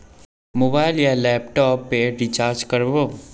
Mobile या laptop पेर recharge कर बो?